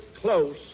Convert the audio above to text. close